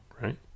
right